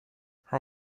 her